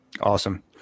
Awesome